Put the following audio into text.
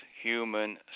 Human